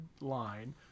line